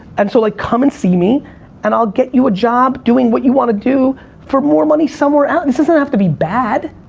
and so like, come and see me and i'll get you a job doing what you want to do for more money somewhere else. this doesn't have to be bad.